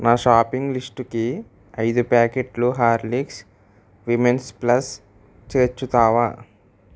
నా షాపింగ్ లిస్టుకి ఐదు ప్యాకెట్లు హార్లిక్స్ విమెన్స్ ప్లస్ చేర్చుతావా